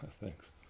Thanks